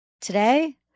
Today